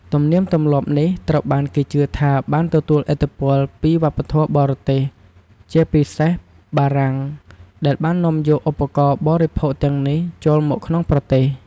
ទំនៀមទម្លាប់នេះត្រូវបានគេជឿថាបានទទួលឥទ្ធិពលពីវប្បធម៌បរទេស ជាពិសេសបារាំង ដែលបាននាំយកឧបករណ៍បរិភោគទាំងនេះចូលមកក្នុងប្រទេស។